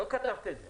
לא כתבת את זה.